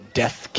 death